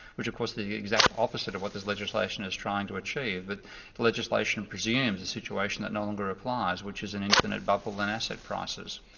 which of course is the exact opposite of what this legislation is trying to achieve. but the legislation presumes the situation that no longer applies, which is an infinite bubble and asset prices.